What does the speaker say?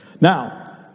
Now